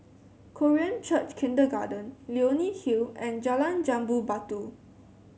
Korean Church Kindergarten Leonie Hill and Jalan Jambu Batu